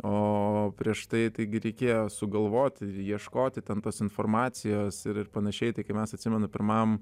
o prieš tai taigi reikėjo sugalvoti ieškoti ten tos informacijos ir ir panašiai tai kai mes atsimenu pirmam